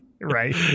right